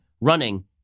running